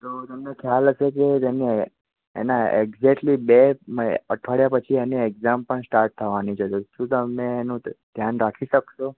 તો તમને ખ્યાલ હશે કે જેમને એના એકજેક્લી બે અઠવાડીયા પછી એની એકજામ પણ સ્ટાર્ટ થવાની છે તો તમે એનું ધ્યાન રાખી શકશો